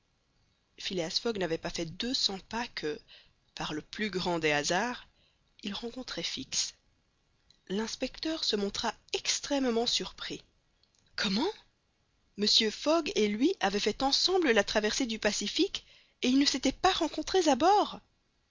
phileas fogg n'avait pas fait deux cents pas que par le plus grand des hasards il rencontrait fix l'inspecteur se montra extrêmement surpris comment mr fogg et lui avaient fait ensemble la traversée du pacifique et ils ne s'étaient pas rencontrés à bord